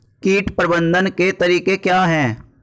कीट प्रबंधन के तरीके क्या हैं?